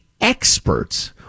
experts